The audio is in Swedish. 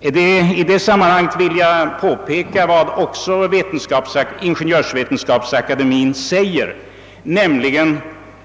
Tillåt mig i detta sammanhang erinra om, vad Ingeniörsvetenskapsakademien påpekat, nämligen